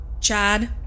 Chad